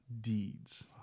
deeds